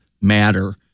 matter